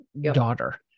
daughter